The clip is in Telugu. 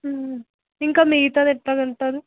ఇంకా మిగతాది ఎట్లా కడతరు